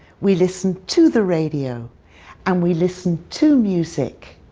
we listen to the radio and we listen to music.